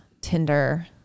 Tinder